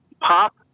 pop